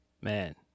man